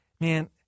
man